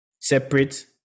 separate